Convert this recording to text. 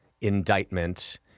indictment